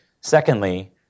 Secondly